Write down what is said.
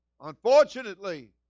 Unfortunately